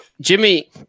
Jimmy